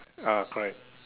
ah correct